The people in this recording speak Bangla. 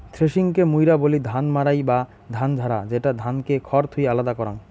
থ্রেশিংকে মুইরা বলি ধান মাড়াই বা ধান ঝাড়া, যেটা ধানকে খড় থুই আলাদা করাং